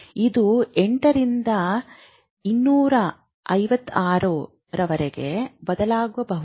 ಇದು 8 ರಿಂದ 256 ರವರೆಗೆ ಬದಲಾಗಬಹುದು